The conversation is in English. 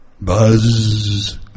Buzz